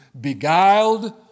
beguiled